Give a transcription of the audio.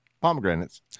pomegranates